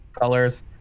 colors